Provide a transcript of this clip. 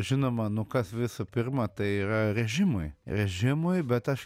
žinoma nu kas visų pirma tai yra režimui režimui bet aš